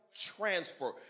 transfer